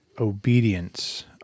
obedience